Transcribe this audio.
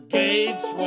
gates